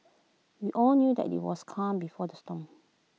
we all knew that IT was calm before the storm